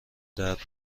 درد